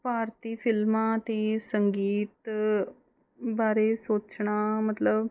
ਭਾਰਤੀ ਫਿਲਮਾਂ ਅਤੇ ਸੰਗੀਤ ਬਾਰੇ ਸੋਚਣਾ ਮਤਲਬ